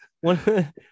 one